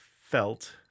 felt